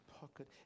pocket